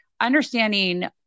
understanding